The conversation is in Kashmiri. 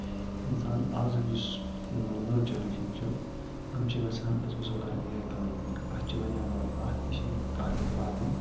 اِنسان آزٕ یُس مطلب نٔو جنریشَن چھِ یِم چھِ یَژھان أسۍ گَژھو کَرٕنۍ یِہوٚے کٕلایمبِنٛگ اَتھ چھِ واریاہ مَزٕ اَتھ تہِ چھِنہٕ کانٛہہ تہِ پرٛابلِم